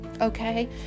Okay